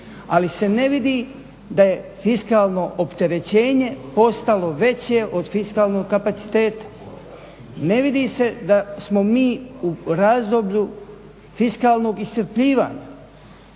Ali se ne vidi da je fiskalno opterećenje postalo veće od fiskalnog kapaciteta. Ne vidi se da smo mi u razdoblju fiskalnog iscrpljivanja.